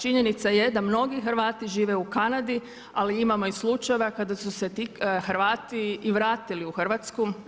Činjenica je da mnogi Hrvati žive u Kanadi, ali imamo i slučajeva kada su se ti Hrvati i vratili u Hrvatsku.